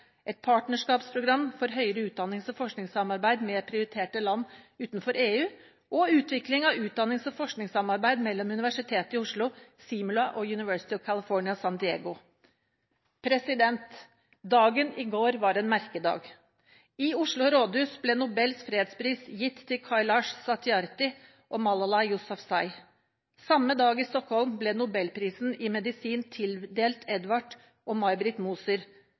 et partnerskapsprogram for høyere utdannings- og forskningssamarbeid med prioriterte land utenfor EU og utvikling av utdannings- og forskningssamarbeid mellom Universitetet i Oslo, Simula og University of California, San Diego. Dagen i går var en merkedag. I Oslo rådhus ble Nobels fredspris gitt til Kailash Satyarthi og Malala Yousafzai. Samme dag i Stockholm ble nobelprisen i medisin tildelt Edvard og May-Britt Moser